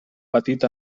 petit